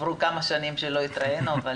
כמה שנים שלא התראינו,